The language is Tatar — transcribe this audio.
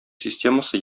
системасы